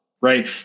right